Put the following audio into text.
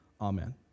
amen